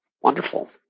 Wonderful